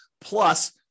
plus